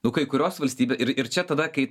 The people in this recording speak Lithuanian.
nu kai kurios valstyb ir ir čia tada kai